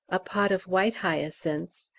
a pot of white hyacinths,